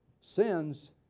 sins